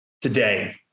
today